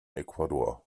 ecuador